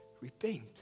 Repent